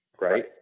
right